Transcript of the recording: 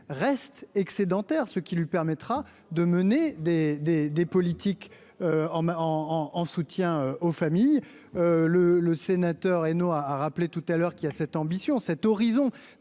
reste excédentaire, ce qui lui permettra de mener des des des politiques en en en soutien aux familles le le sénateur et nous a rappelé tout à l'heure qui a cette ambition cet horizon